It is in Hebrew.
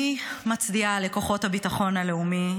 אני מצדיעה לכוחות הביטחון הלאומי.